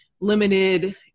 limited